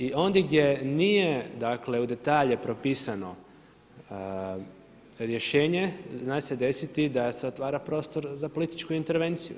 I ondje gdje nije, dakle u detalje propisano rješenje zna se desiti da se otvara prostor za političku intervenciju.